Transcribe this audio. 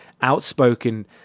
outspoken